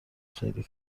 خیلی